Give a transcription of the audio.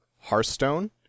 Hearthstone